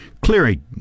Clearing